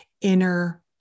inner